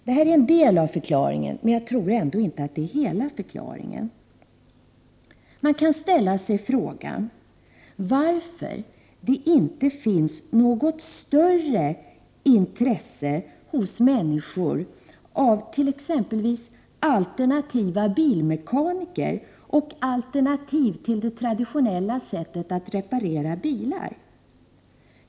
Detta är en del av förklaringen, men jag tror ändå inte att det är hela förklaringen. Man kan ställa sig frågan varför det inte finns något större intresse hos människor för t.ex. alternativa bilmekaniker och alternativ till det traditionella sättet att reparera bilar.